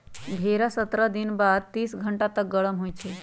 भेड़ सत्रह दिन बाद तीस घंटा तक गरम होइ छइ